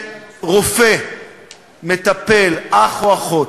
כשרופא מטפל, אח או אחות,